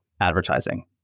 advertising